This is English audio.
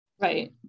Right